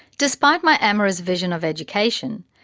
despite my amorous vision of education,